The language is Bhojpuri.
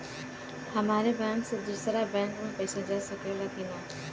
हमारे बैंक से दूसरा बैंक में पैसा जा सकेला की ना?